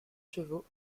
chevaux